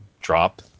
drop